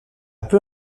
peu